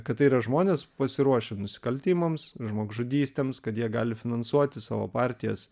kad tai yra žmonės pasiruošę nusikaltimams žmogžudystėms kad jie gali finansuoti savo partijas